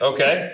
Okay